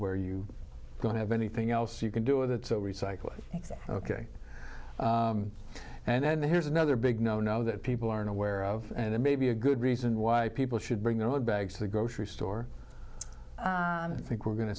where you going to have anything else you can do with it so recycle ok and then here's another big no no that people aren't aware of it it may be a good reason why people should bring the bags to the grocery store i think we're go